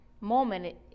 moment